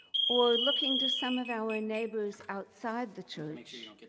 or looking to some of our neighbors outside the church,